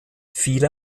viele